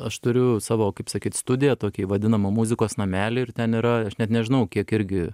aš turiu savo kaip sakyt studiją tokį vadinamą muzikos namelį ir ten yra aš net nežinau kiek irgi